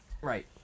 Right